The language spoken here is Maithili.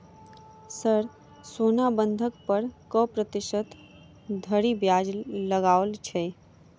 सर सोना बंधक पर कऽ प्रतिशत धरि ब्याज लगाओल छैय?